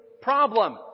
problem